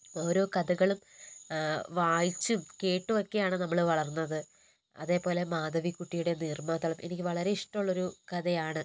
ഓരോ കഥകളും വായിച്ചും കേട്ടുമൊക്കെയാണ് നമ്മൾ വളർന്നത് അതേപോലെ മാധവിക്കുട്ടിയുടെ നീർമാതളം എനിക്ക് വളരെ ഇഷ്ടമുള്ളൊരു കഥയാണ്